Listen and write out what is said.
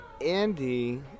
Andy